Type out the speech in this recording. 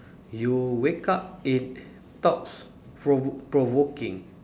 you wake up in thoughts provo~ provoking